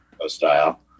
style